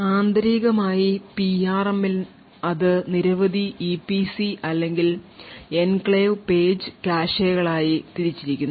ആന്തരികമായി പിആർഎമ്മിൽ അത് നിരവധി ഇപിസി അല്ലെങ്കിൽ എൻക്ലേവ് പേജ് കാഷെകളായിEPCEnclave Page Caches തിരിച്ചിരിക്കുന്നു